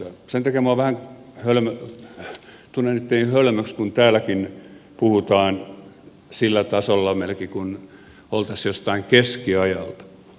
sen takia minä vähän tunnen itseni hölmöksi kun täällä meilläkin puhutaan sillä tasolla kuin oltaisiin jostain keskiajalta